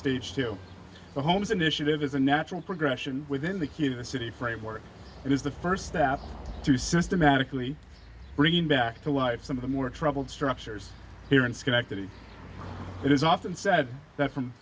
staged to the homes initiative is a natural progression within the key of the city framework it is the first step to systematically bringing back to life some of the more troubled structures here in schenectady it is often said that from